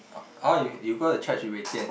oh you go to church with Wei-Jian